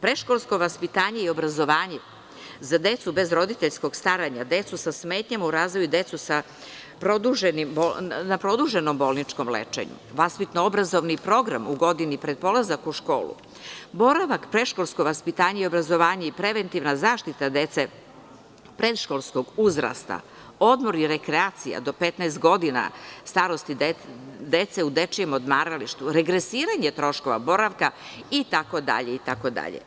Predškolsko vaspitanje i obrazovanje za decu bez roditeljskog staranja, decu sa smetnjama u razvoju, decu na produženom bolničkom lečenju, vaspitno obrazovni program u godini pred polazak u školu, boravak i predškolsko vaspitanje i obrazovanje i preventivna zaštita dece predškolskog uzrasta, odmor i rekreacija do 15 godina starosti dece u dečijem odmaralištu, regresiranje troškova boravka itd. itd.